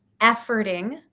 efforting